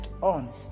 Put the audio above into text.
on